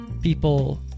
people